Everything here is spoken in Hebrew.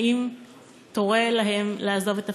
האם תורה להם לעזוב את תפקידם?